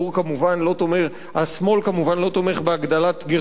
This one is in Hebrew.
השמאל כמובן לא תומך בהגדלת גירעון,